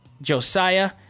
Josiah